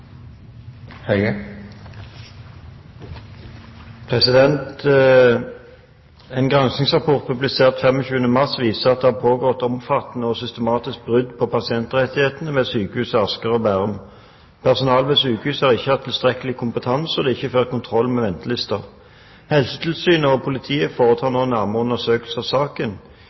brudd på pasientrettighetene ved Sykehuset Asker og Bærum. Personalet ved sykehuset har ikke hatt tilstrekkelig kompetanse, og det er ikke ført kontroll med venteliste. Helsetilsynet og politiet foretar nå nærmere undersøkelser av saken.